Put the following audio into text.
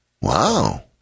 Wow